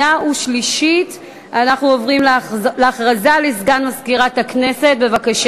שתקבע ועדת הכנסת נתקבלה.